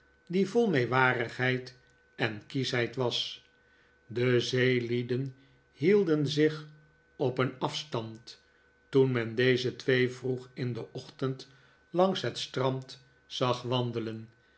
die vol meewarigheid en kieschheid was de zeelieden hielden zich op een afstand toen men deze twee vroeg in den ochtend langs het strand zag wandelen